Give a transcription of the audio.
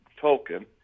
token